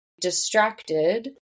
distracted